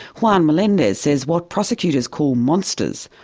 juan melendez says what prosecutors call monsters,